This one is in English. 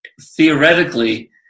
theoretically